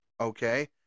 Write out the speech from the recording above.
Okay